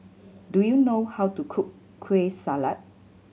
do you know how to cook Kueh Salat